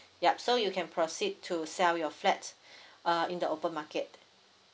yup so you can proceed to sell your flat uh in the open market